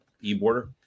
E-Border